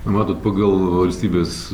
matot pagal valstybės